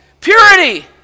purity